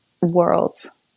Worlds